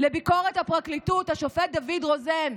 לביקורת הפרקליטות, השופט דוד רוזן: